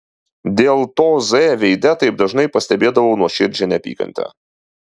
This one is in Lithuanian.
dėl to z veide taip dažnai pastebėdavau nuoširdžią neapykantą